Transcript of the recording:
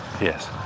Yes